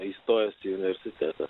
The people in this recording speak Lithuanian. įstojęs į universitetą